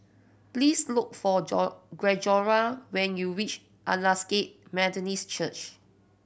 please look for Gregorio when you reach Aldersgate Methodist Church